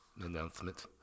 Announcement